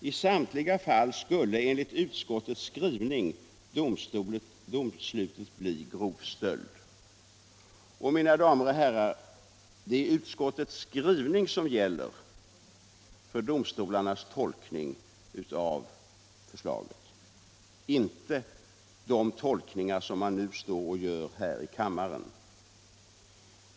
I samtliga fall skulle, enligt utskottets skrivning, domslutet bli grov stöld. Och, mina damer och herrar, det är utskottets skrivning som gäller för domstolarnas tolkning av förslaget, inte de tolkningar som man står och gör här i kammaren.